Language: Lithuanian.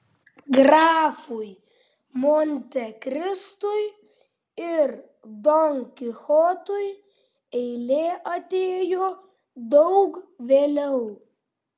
grafui montekristui ir don kichotui eilė atėjo daug vėliau